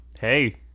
hey